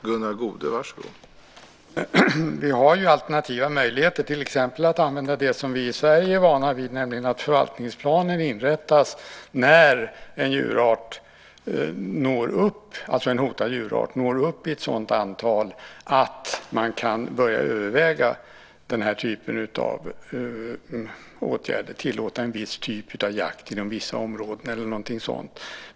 Herr talman! Vi har ju alternativa möjligheter, till exempel att använda det som vi i Sverige är vana vid, nämligen att förvaltningsplanen inrättas när en hotad djurart når upp till ett sådant antal att man kan börja överväga den här typen av åtgärd - tillåta en viss typ av jakt inom vissa områden eller någonting sådant.